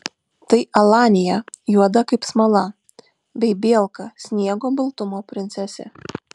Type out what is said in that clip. tai alanija juoda kaip smala bei bielka sniego baltumo princesė